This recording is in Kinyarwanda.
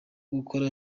gukora